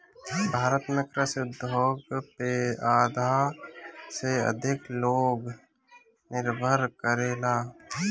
भारत में कृषि उद्योग पे आधा से अधिक लोग निर्भर करेला